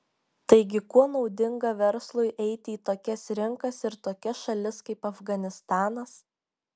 taigi kuo naudinga verslui eiti į tokias rinkas ir tokias šalis kaip afganistanas